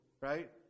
right